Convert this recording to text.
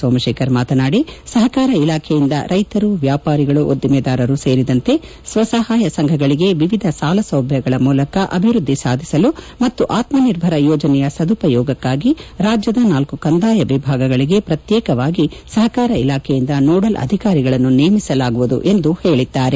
ಸೋಮಶೇಖರ್ ಮಾತನಾದಿ ಸಹಕಾರ ಇಲಾಖೆಯಿಂದ ರೈತರು ವ್ಯಾಪಾರಿಗಳು ಉದ್ದಿಮೆದಾರರು ಸೇರಿದಂತೆ ಸ್ವಸಹಾಯ ಸಂಘಗಳಿಗೆ ವಿವಿಧ ಸಾಲಸೌಲಭ್ಯಗಳ ಮೂಲಕ ಅಭಿವೃದ್ದಿ ಸಾಧಿಸಲು ಮತ್ತು ಆತ್ಮನಿರ್ಭರ ಯೋಜನೆಯ ಸದುಪಯೋಗಕ್ಕಾಗಿ ರಾಜ್ಯದ ನಾಲ್ಕು ಕಂದಾಯ ವಿಭಾಗಗಳಿಗೆ ಪ್ರತ್ಯೇಕವಾಗಿ ಸಹಕಾರ ಇಲಾಖೆಯಿಂದ ನೋಡಲ್ ಅಧಿಕಾರಿಗಳನ್ನು ನೇಮಿಸಲಾಗುವುದು ಎಂದು ಹೇಳಿದ್ದಾರೆ